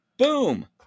boom